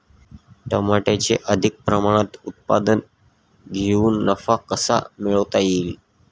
टमाट्याचे अधिक प्रमाणात उत्पादन घेऊन नफा कसा मिळवता येईल?